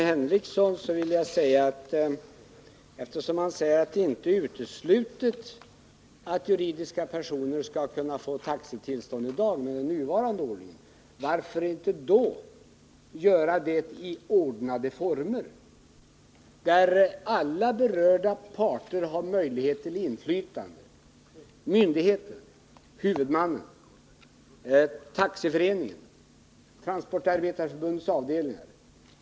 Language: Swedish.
Herr talman! Sven Henricsson sade att det inte är uteslutet att juridiska personer kan få taxitillstånd med den nuvarande ordningen. Varför inte då låta det ske i ordnade former, varvid alla berörda parter har möjlighet till inflytande: myndigheterna, huvudmannen, taxiföreningen och Transportarbetareförbundets avdelningar.